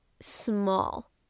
small